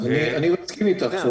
אני מסכים אתך.